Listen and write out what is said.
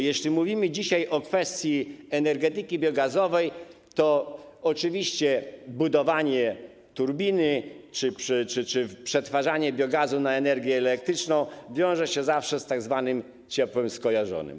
Jeśli mówimy dzisiaj o kwestii energetyki biogazowej, to oczywiście budowanie turbiny czy przetwarzanie biogazu na energię elektryczną wiąże się zawsze z tzw. ciepłem skojarzonym.